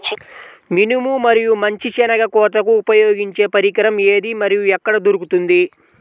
మినుము మరియు మంచి శెనగ కోతకు ఉపయోగించే పరికరం ఏది మరియు ఎక్కడ దొరుకుతుంది?